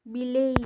ବିଲେଇ